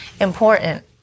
important